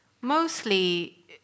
mostly